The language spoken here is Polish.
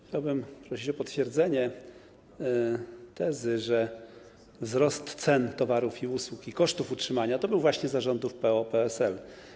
Chciałbym prosić o potwierdzenie tezy, że wzrost cen towarów i usług oraz kosztów utrzymania był właśnie za rządów PO-PSL.